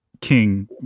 king